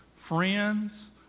friends